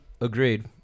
agreed